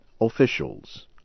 officials